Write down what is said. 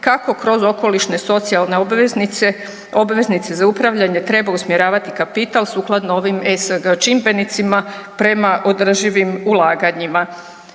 kako kroz okolišne socijalne obveznice, obveznice za upravljanje treba usmjeravati kapital sukladno ovim ESG čimbenicima prema održivim ulaganjima.